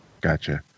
Gotcha